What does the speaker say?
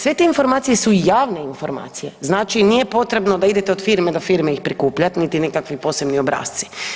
Sve te informacije su javne informacije, znači nije potrebno da idete od firme do firme ih prikupljat, niti nekakvi posebni obrasci.